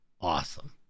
awesome